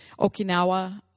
Okinawa